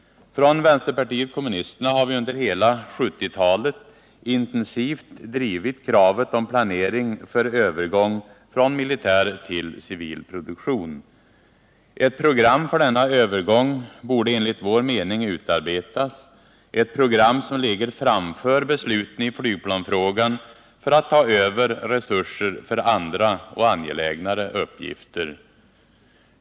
Från vänsterpartiet kommunisterna har vi under hela 1970-talet intensivt drivit kravet på planering för övergång från militär till civil produktion. Ett program för denna övergång borde enligt vår mening utarbetas — ett program som ligger framför besluten i flygplansfrågan för att ta över resurser för andra och angelägnare uppgifter.